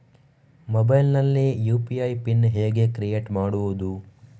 Mobile ನಲ್ಲಿ UPI PIN ಹೇಗೆ create ಮಾಡುವುದು?